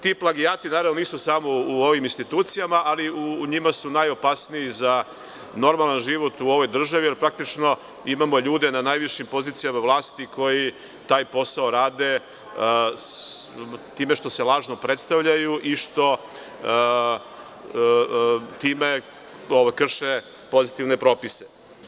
Ti plagijati naravno da nisu samo u ovim institucijama, ali u njima su najopasniji za normalan život u ovoj državi jer praktično imamo ljude na najvišim pozicijama vlasti koji taj posao rade time što se lažno predstavljaju i što time krše pozitivne propise.